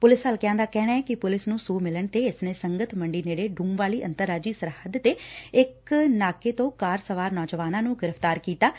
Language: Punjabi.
ਪੁਲਿਸ ਹਲਕਿਆਂ ਦਾ ਕਹਿਣੈ ਕਿ ਪੁਲਿਸ ੂੂ ਸੂਹ ਮਿਲਣ ਤੇ ਇਸ ਨੇ ਸੰਗਤ ਮੰਡੀ ਨੇੜੇ ਡੂਮਵਾਲੀ ਅੰਤਰਰਾਜੀ ਸਰਹੱਦ ਤੇ ਇਕ ਨਾਕੇ ਤੋਂ ਕਾਰ ਸਵਾਰ ਨੌਜਵਾਨਾਂ ਨੂੰ ਗ੍ਰਿਫ਼ਤਾਰ ਕੀਤੈ